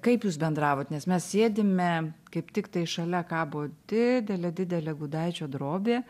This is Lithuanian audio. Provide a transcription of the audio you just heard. kaip jūs bendravot nes mes sėdime kaip tiktai šalia kabo didelė didelė gudaičio drobė